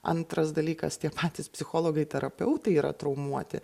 antras dalykas tie patys psichologai terapeutai yra traumuoti